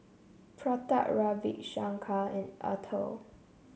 Pratap Ravi Shankar and Atal